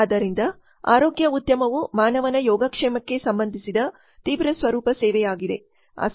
ಆದ್ದರಿಂದ ಆರೋಗ್ಯ ಉದ್ಯಮವು ಮಾನವನ ಯೋಗಕ್ಷೇಮಕ್ಕೆ ಸಂಬಂಧಿಸಿದ ತೀವ್ರ ಸ್ವರೂಪ ಸೇವೇಯಾಗಿದೆ